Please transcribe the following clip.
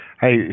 Hey